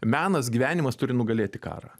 menas gyvenimas turi nugalėti karą